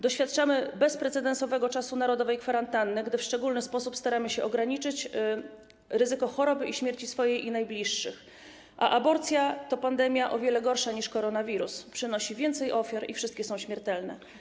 Doświadczamy bezprecedensowego czasu narodowej kwarantanny, gdy w szczególny sposób staramy się ograniczyć ryzyko choroby i śmierci swojej i najbliższych, a aborcja to pandemia o wiele gorsza niż koronawirus: przynosi więcej ofiar i wszystkie są śmiertelne.